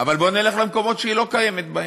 אבל בוא נלך למקומות שהיא לא קיימת בהם.